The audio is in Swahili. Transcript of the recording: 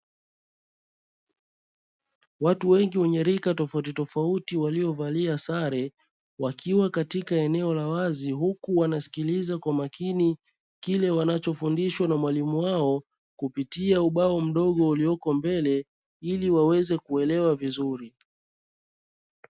Watu wengi wenye rika tofauti tofauti waliovalia sare wakiwa katika eneo la wazi, huku wanasikiliza kwa makini kile wanachofundishwa na mwalimu wao, kupitia ubao mdogo ulioko mbele ili waweze kuelewa vizuri.